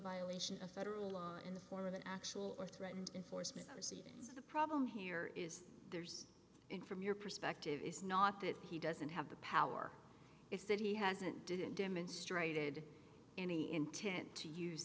violation of federal law in the form of an actual or threatened enforcement or scenes of the problem here is theirs and from your perspective is not that he doesn't have the power it's that he hasn't didn't demonstrated any intent to use